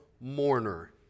mourner